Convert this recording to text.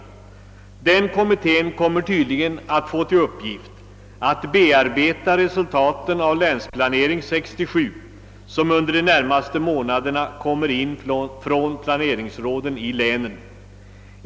Detta organ — en kommitté — får tydligen till uppgift att bearbeta resultaten av »Länsplanering 67», som under de närmaste månaderna kommer in från planeringsråden i länen.